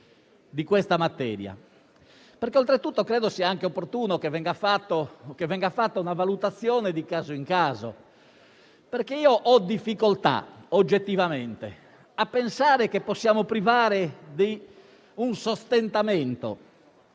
i Regolamenti, perché oltretutto considero anche opportuno che venga fatta una valutazione di caso in caso. Ho infatti difficoltà oggettivamente a pensare che possiamo privare del sostentamento